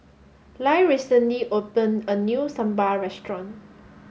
Lyle recently opened a new Sambal Restaurant